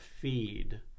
feed